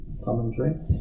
commentary